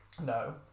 No